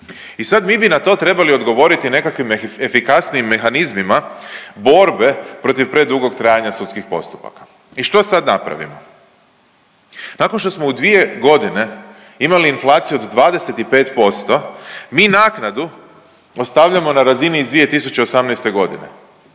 I sad mi bi na to trebali odgovoriti nekakvim efikasnijim mehanizmima borbe protiv predugog trajanja sudskih postupaka. I što sad napravimo? Nakon što smo u dvije godine imali inflaciju od 25% mi naknadu ostavljamo na razini od 2018. godine.